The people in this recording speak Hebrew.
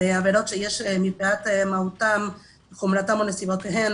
בעבירות שיש מבחינת חומרתן או נסיבותיהן